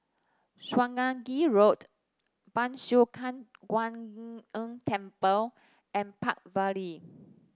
Swanage Road Ban Siew San Kuan Im Tng Temple and Park Vale